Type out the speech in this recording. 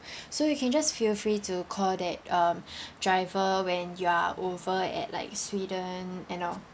so you can just feel to call that um driver when you are over at like sweden and all